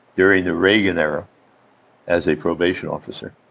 during the reagan era as a probation officer,